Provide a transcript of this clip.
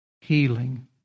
Healing